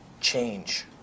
change